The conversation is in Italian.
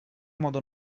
modo